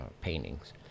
paintings